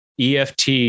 EFT